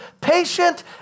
patient